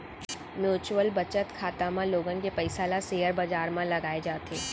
mutual बचत खाता म लोगन के पइसा ल सेयर बजार म लगाए जाथे